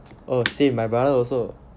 oh same my brother also